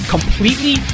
completely